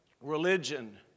religion